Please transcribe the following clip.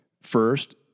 First